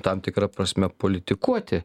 tam tikra prasme politikuoti